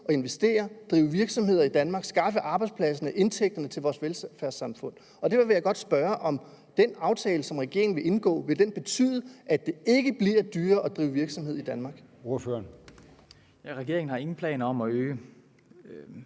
at investere, drive virksomhed i Danmark, skaffe arbejdspladserne, indtægten til vores velfærdssamfund? Derfor vil jeg godt spørge, om den aftale, som regeringen vil indgå, vil betyde, at det ikke bliver dyrere at drive virksomhed i Danmark. Kl. 11:42 Formanden: